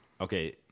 Okay